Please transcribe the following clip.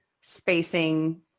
spacing